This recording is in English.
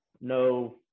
No